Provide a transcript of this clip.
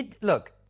Look